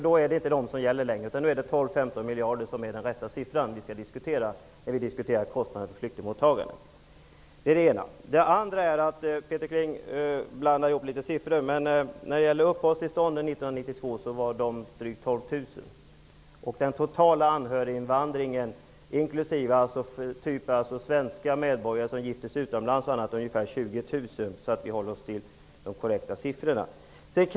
Det är inte längre 60 miljarder som gäller, utan det är 12--15 miljarder i kostnader för flyktingmottagandet som vi skall diskutera. Peter Kling blandar ihop siffror. Antalet uppehållstillstånd för 1992 var drygt 12 000. Den totala anhöriginvandringen, inklusive svenska medborgare som har gift sig utomlands m.fl., är ungefär 20 000. Vi bör alltså hålla oss till de korrekta siffrorna.